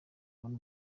ibone